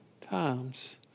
times